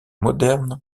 modernes